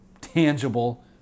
tangible